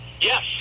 Yes